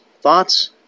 thoughts